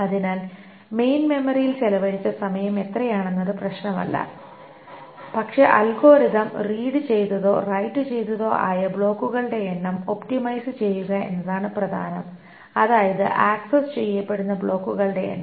അതിനാൽ മെയിൻ മെമ്മറിയിൽ ചെലവഴിച്ച സമയം എത്രയാണെന്നത് പ്രശ്നമല്ല പക്ഷേ അൽഗോരിതം റീഡ് ചെയ്തതോ റൈറ്റ് ചെയ്തതോ ആയ ബ്ലോക്കുകളുടെ എണ്ണം ഒപ്റ്റിമൈസ് ചെയ്യുക എന്നതാണ് പ്രധാനം അതായത് ആക്സസ് ചെയ്യപ്പെടുന്ന ബ്ലോക്കുകളുടെ എണ്ണം